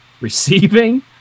receiving